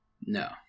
no